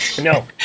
no